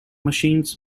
machines